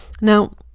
Now